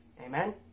Amen